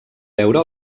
veure